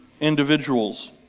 individuals